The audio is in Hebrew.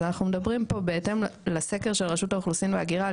אז אנחנו במדברים פה בהתאם לסקר של רשות האוכלוסין וההגירה,